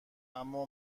اما